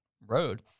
road